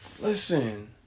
Listen